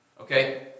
Okay